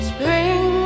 Spring